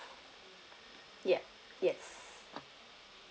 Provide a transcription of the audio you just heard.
ya yes